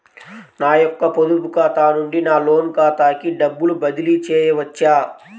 నా యొక్క పొదుపు ఖాతా నుండి నా లోన్ ఖాతాకి డబ్బులు బదిలీ చేయవచ్చా?